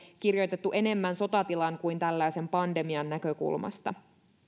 kirjoitettu enemmän sotatilan kuin tällaisen pandemian näkökulmasta